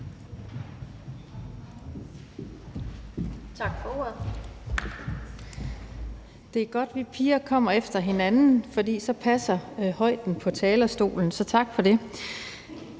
Tak for ordet.